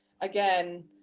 again